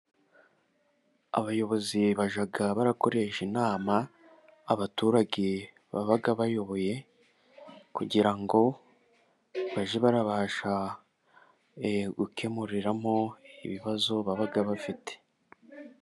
Abayobozi bajya barakoresha inama abaturage baba bayoboye, kugira ngo bajye babasha gukemuriramo ibibazo baba bafite.